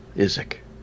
Isaac